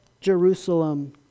Jerusalem